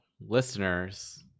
listeners